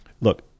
Look